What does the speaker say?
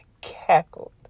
cackled